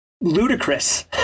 ludicrous